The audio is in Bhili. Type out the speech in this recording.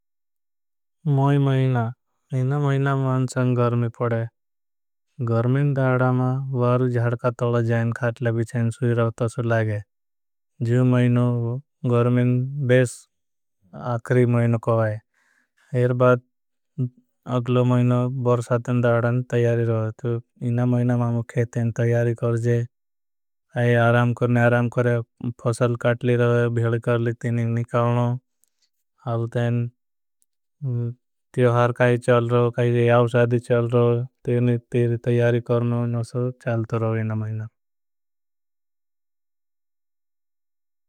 मई महिना इन महिना मांचन गर्मी पड़े। दाड़ा मा वारु जाड़का तोला जाएन खाटले। बिचाएन सुई रहता सु लागे जे महिना वो। गर्मीन बेस आखरी महिना कोई बाद अगलो। महिना बरसातन दाड़ान तयारी रहा है महिना। मांचन खेतन तयारी करजे आराम करने। आराम करे फॉसल काटली रहा है भील। करली तीनी निकालनो तें तियोहर काई चल। रहो काई यावसादी चल रहो तेरी तयारी। करनो न चल तो रहेना महिना।